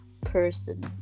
person